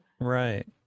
Right